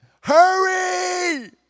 Hurry